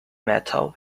metal